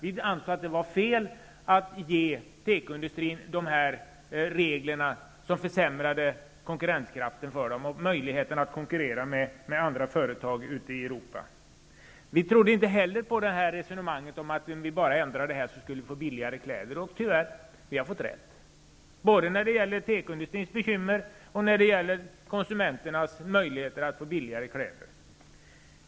Vi ansåg att det var fel att ge tekoindustrin regler som försämrade konkurrenskraften och möjligheten att konkurrera med andra föreag ute i Europa. Vi trodde inte heller på resonemanget att om vi bara ändrade dessa regler skulle vi få billigare kläder. Tyvärr har vi fått rätt, både när det gäller tekoindustrins bekymmer och konsumenternas möjligheter att få billigare kläder.